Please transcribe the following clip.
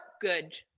good